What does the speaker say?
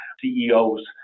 ceos